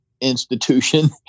institution